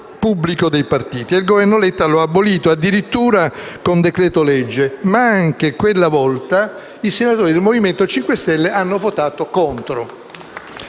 il Governo Letta lo ha abolito addirittura con decreto-legge, ma anche quella voto volta i senatori del Movimento 5 Stelle hanno votato contro.